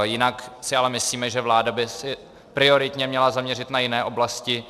Jinak si ale myslíme, že vláda by se prioritně měla zaměřit na jiné oblasti.